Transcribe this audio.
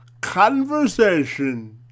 conversation